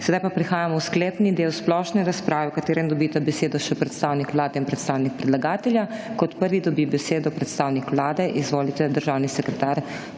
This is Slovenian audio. Sedaj pa prihajamo v sklepni del splošne razprave, v katerem dobita besedo še predstavnik vlade in predstavnik predlagatelja. Kot prvi dobi besedo predstavnik vlade. Izvolite, državni sekretar